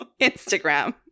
instagram